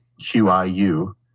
Q-I-U